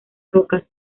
rocas